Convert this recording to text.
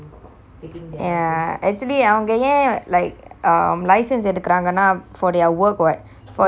ya actually அவங்க ஏன்:avenge yen like um license எடுக்குறாங்கனா:edukuraangenaa for their work what for their job scope